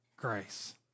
grace